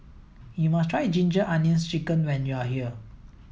you must try ginger onions chicken when you are here